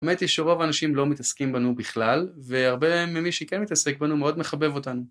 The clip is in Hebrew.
האמת היא שרוב האנשים לא מתעסקים בנו בכלל, והרבה ממי שכן מתעסק בנו מאוד מחבב אותנו.